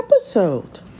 episode